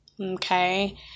okay